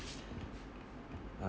uh